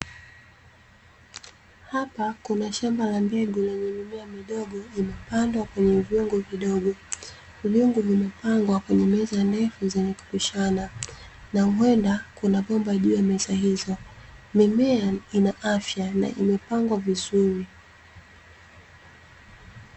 Hapa kuna shamba la mbegu lenye mimea midogo iliyopandwa kwenye vyungu vidogo. Vyungu vimepangwa kwenye meza ndefu zenye kupishana, na huenda kuna bomba juu ya meza hizo. Mimea ina afya, na imepangwa vizuri.